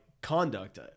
conduct